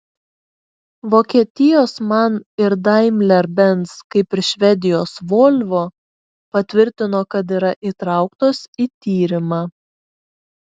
vokietijos man ir daimler benz kaip ir švedijos volvo patvirtino kad yra įtrauktos į tyrimą